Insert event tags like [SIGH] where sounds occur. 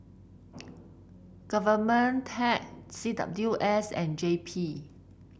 Government [UNINTELLIGIBLE] C W S and J P